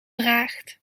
draagt